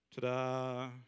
ta-da